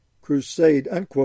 crusade